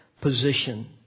Position